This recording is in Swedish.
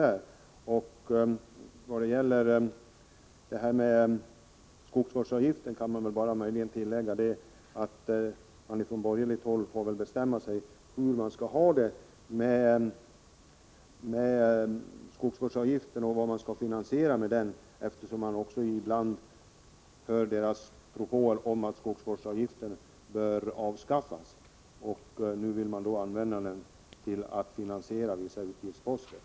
Jag kan bara beträffande detta med skogsvårdsavgiften tillägga att man från borgerligt håll får bestämma sig för hur man skall ha det. Vad skall man finansiera med skogsvårdsavgiften? Ibland har man propåer om att den bör avskaffas. Nu vill man använda den till att finansiera vissa utgiftsposter.